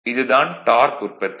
இது தான் டார்க் உற்பத்தி